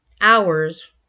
hours